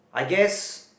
I guess